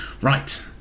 Right